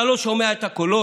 אתה לא שומע את הקולות?